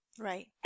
Right